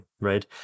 right